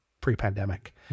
pre-pandemic